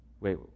Wait